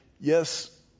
Yes